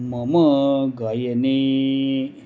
मम गायने